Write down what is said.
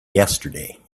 yesterday